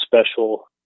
special